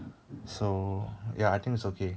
so ya I think it's okay